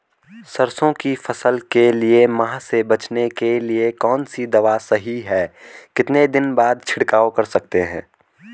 सरसों की फसल के लिए माह से बचने के लिए कौन सी दवा सही है कितने दिन बाद छिड़काव कर सकते हैं?